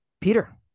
Peter